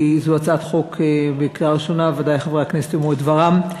כי זו הצעת חוק לקריאה ראשונה וודאי חברי הכנסת יאמרו את דברם.